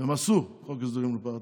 והם עשו חוק הסדרים מנופח.